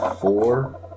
four